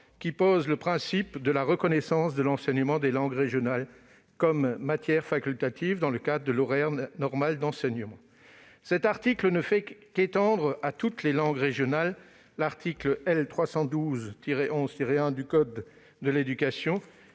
qui pose le principe de la reconnaissance de l'enseignement des langues régionales comme matière facultative dans le cadre de l'horaire normal d'enseignement. Cet article ne fait qu'étendre à toutes les langues régionales l'article L. 312-11-1 du code de l'éducation,